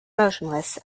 motionless